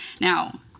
now